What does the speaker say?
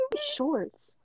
Shorts